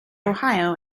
ohio